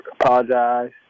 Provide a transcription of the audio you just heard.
apologize